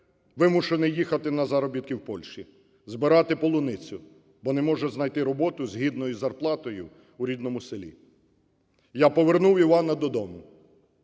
вимушений їхати на заробітки в Польщу збирати полуницю, бо не може знайти роботу з гідною зарплатою у рідному селі. Я повернув Івана додому,